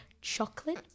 Chocolate